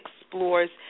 explores